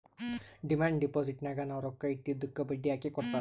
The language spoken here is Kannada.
ಡಿಮಾಂಡ್ ಡಿಪೋಸಿಟ್ನಾಗ್ ನಾವ್ ರೊಕ್ಕಾ ಇಟ್ಟಿದ್ದುಕ್ ಬಡ್ಡಿ ಹಾಕಿ ಕೊಡ್ತಾರ್